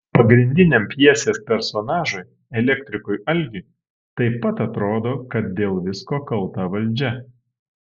pagrindiniam pjesės personažui elektrikui algiui taip pat atrodo kad dėl visko kalta valdžia